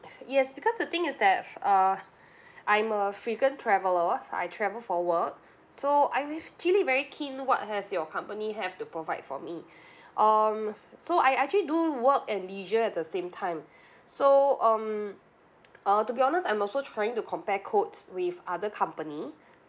yes because the thing is that uh I'm a frequent traveller I travel for work so I actually very keen what has your company have to provide for me um so I actually do work and leisure at the same time so um uh to be honest I'm also trying to compare quotes with other company